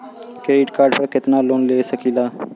Credit card पर कितनालोन ले सकीला?